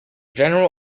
general